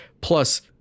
Plus